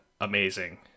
amazing